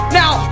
now